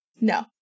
No